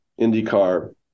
IndyCar